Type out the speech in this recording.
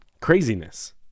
craziness